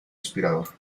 inspirador